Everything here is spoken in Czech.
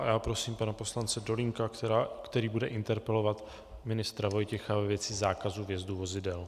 A já prosím pana poslance Dolínka, který bude interpelovat ministra Vojtěcha ve věci zákazu vjezdu vozidel.